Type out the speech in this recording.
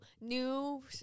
new